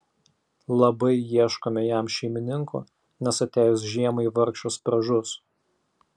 labai ieškome jam šeimininkų nes atėjus žiemai vargšas pražus